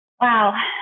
Wow